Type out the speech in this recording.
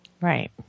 Right